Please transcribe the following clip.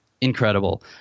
incredible